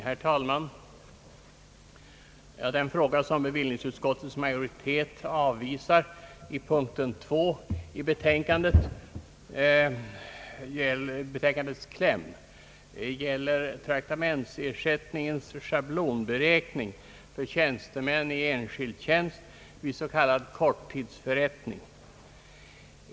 Herr talman! Den fråga, som bevillningsutskottets majoritet avvisar i punkt 2 i betänkandets hemställan, gäller traktamentsersättnings schablonberäkning för tjänstemän i enskild tjänst vid s.k. korttidsförrättningar.